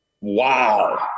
Wow